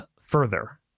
further